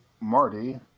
Marty